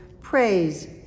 praise